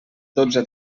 dotze